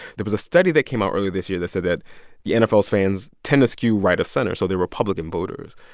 there was a study that came out earlier this year that said that the and nfl's fans tend to skew right of center, so they're republican voters.